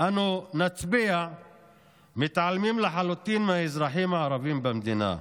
אנו נצביע מתעלמים לחלוטין מהאזרחים הערבים במדינה,